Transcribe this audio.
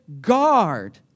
guard